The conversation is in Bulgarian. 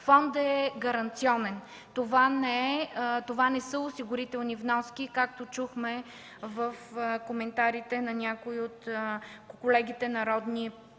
Фондът е гаранционен. Това не са осигурителни вноски, както чухме в коментарите на някои от колегите народни